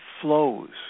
flows